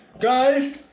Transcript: Guys